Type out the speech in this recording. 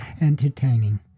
entertaining